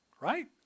right